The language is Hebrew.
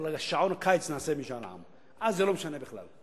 על שעון קיץ נעשה משאל עם, אז זה לא משנה בכלל.